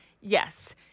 Yes